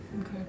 Okay